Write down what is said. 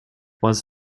was